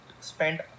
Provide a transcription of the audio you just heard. spend